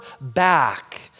back